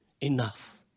Enough